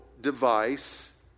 device